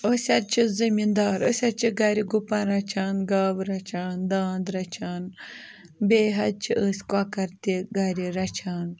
أسۍ حظ چھِ زٔمیٖندار أسۍ حظ چھِ گَرِ گُپَن رَچھان گاوٕ رَچھان دانٛد رَچھان بیٚیہِ حظ چھِ أسۍ کۄکَر تہِ گَرِ رَچھان